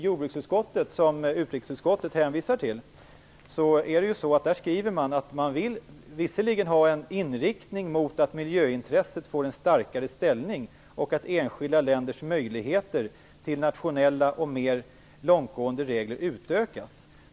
Jordbruksutskottet, som utrikesutskottet hänvisar till, skriver visserligen att man vill ha en inriktning som ger en starkare ställning för miljöintresset och som leder till att enskilda länders möjligheter till nationella och mera långtgående regler utökas.